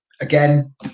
again